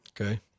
okay